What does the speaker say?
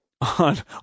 on